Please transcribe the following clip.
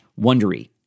Wondery